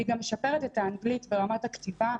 והיא גם משפרת את האנגלית ברמת הכתיבה,